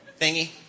thingy